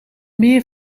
meer